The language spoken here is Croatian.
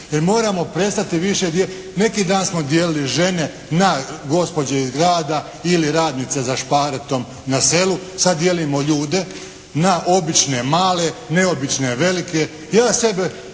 jer moramo prestati više. Neki dan smo dijelili žene na gospođe iz grada ili radnice za šparetom na selu, sad dijelimo ljude na obične male, neobične velike.